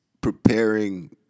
preparing